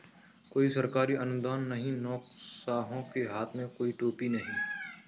कोई सरकारी अनुदान नहीं, नौकरशाहों के हाथ में कोई टोपी नहीं